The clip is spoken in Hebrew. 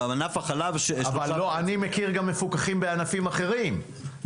בענף החלב --- אבל אני מכיר גם מפוקחים בענפים אחרים,